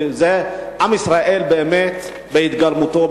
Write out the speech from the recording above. זה עם ישראל באמת בהתגלמותו,